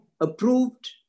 approved